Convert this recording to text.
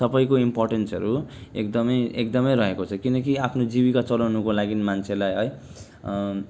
सबैको इम्पोर्टेन्सहरू एकदमै एकदमै रहेको छ किनकि आफ्नो जीविका चलाउनको लागि मान्छेलाई है